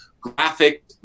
graphic